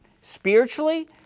Spiritually